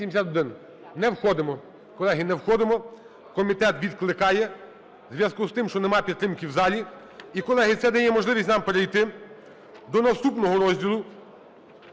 Не входимо. Колеги, не входимо. Комітет відкликає в зв'язку з тим, що немає підтримки в залі. І, колеги, це дає можливість нам перейти до наступного розділу